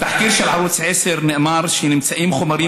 בתחקיר של ערוץ 10 נאמר שנמצאים חומרים